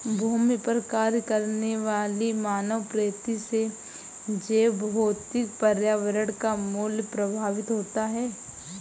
भूमि पर कार्य करने वाली मानवप्रेरित से जैवभौतिक पर्यावरण का मूल्य प्रभावित होता है